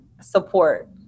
support